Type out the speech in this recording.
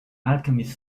alchemist